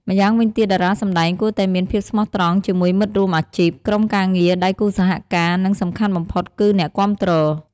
ម្យ៉ាងវិញទៀតតារាសម្ដែងគួរតែមាន ភាពស្មោះត្រង់ ជាមួយមិត្តរួមអាជីព ក្រុមការងារ ដៃគូសហការ និងសំខាន់បំផុតគឺ អ្នកគាំទ្រ។